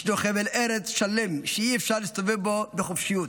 ישנו חבל ארץ שלם שאי-אפשר להסתובב בו בחופשיות,